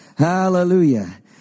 Hallelujah